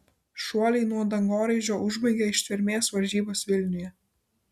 šuoliai nuo dangoraižio užbaigė ištvermės varžybas vilniuje